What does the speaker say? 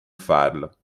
farlo